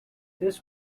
this